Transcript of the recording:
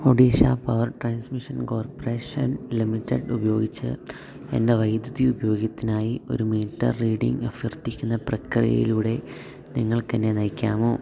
Odisha power transmission corporation limited ഉപയോഗിച്ച് എൻ്റെ വൈദ്യുതി ഉപയോഗത്തിനായി ഒരു മീറ്റർ റീഡിംഗ് അഭ്യർത്ഥിക്കുന്ന പ്രക്രിയയിലൂടെ നിങ്ങൾക്കെന്നെ നയിക്കാമോ